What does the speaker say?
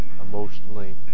emotionally